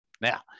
Now